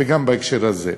וגם בהקשר הזה.